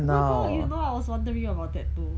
oh my god when you know I was wondering about that too